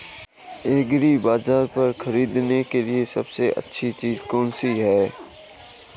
एग्रीबाज़ार पर खरीदने के लिए सबसे अच्छी चीज़ कौनसी है?